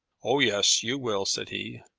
oh, yes, you will, said he.